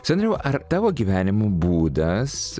seniau ar tavo gyvenimo būdas